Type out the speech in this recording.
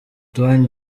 dwayne